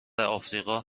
آفریقا